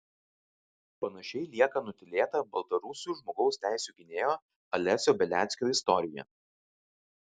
panašiai lieka nutylėta baltarusių žmogaus teisių gynėjo alesio beliackio istorija